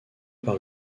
par